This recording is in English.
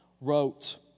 wrote